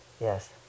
Yes